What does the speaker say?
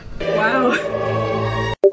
Wow